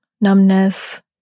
numbness